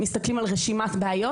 הם מסתכלים על רשימת בעיות,